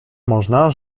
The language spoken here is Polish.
można